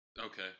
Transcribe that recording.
Okay